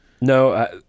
No